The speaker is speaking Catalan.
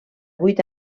vuit